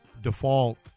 default